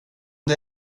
det